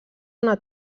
una